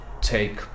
take